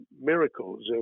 miracles